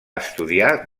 estudiar